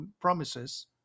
promises